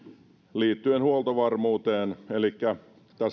liittyen huoltovarmuuteen elikkä